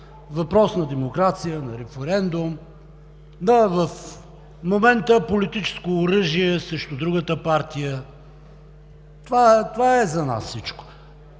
Въпрос на демокрация, на референдум, но в момента – политическо оръжие срещу другата партия. Това е за нас.